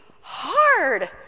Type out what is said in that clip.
hard